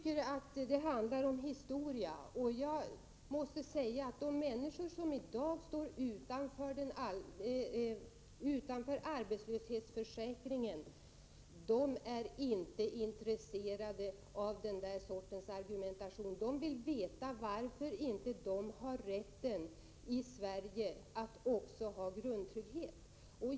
Det handlar om historia, och jag måste säga att de människor som i dag står utanför arbetslöshetsförsäkringen inte är intresserade av den här sortens argument, utan de vill veta varför de inte här i Sverige har rätt också till en grundtrygghet.